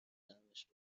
طعمش